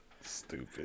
Stupid